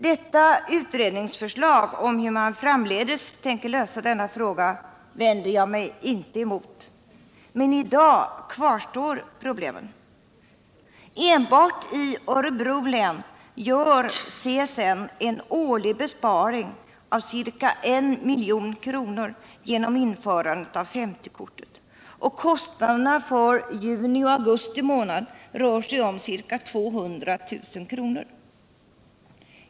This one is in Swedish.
Detta utredningsförslag om hur man framdeles tänker lösa denna fråga vänder jag mig inte emot, men i dag kvarstår problemen. Enbart i Örebro län gör CSN en årlig besparing av ca I milj.kr. genom införandet av 50-kortet, och kostnaderna för juni och augusti månader rör sig om ca 200 000 kr.